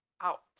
out